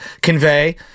convey